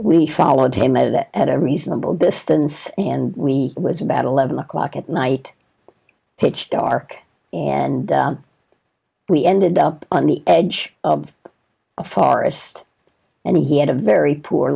we followed him at a reasonable distance and we was about eleven o'clock at night pitch dark and we ended up on the edge of a far is just and he had a very poor